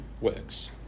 works